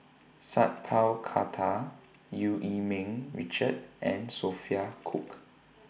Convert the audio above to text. Sat Pal Khattar EU Yee Ming Richard and Sophia Cooke